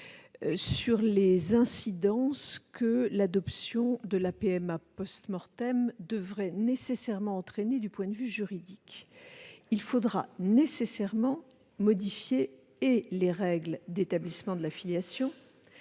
sur les incidences que l'adoption de la PMA devrait nécessairement entraîner du point de vue juridique. Il faudra forcément modifier les règles d'établissement de la filiation